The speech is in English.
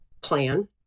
plan